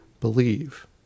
believe